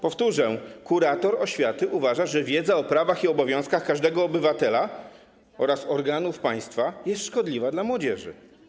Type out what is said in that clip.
Powtórzę: kurator oświaty uważa, że wiedza o prawach i obowiązkach każdego obywatela oraz organów państwa jest szkodliwa dla młodzieży.